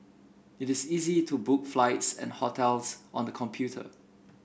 it is easy to book flights and hotels on the computer